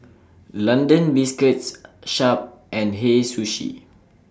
London Biscuits Sharp and Hei Sushi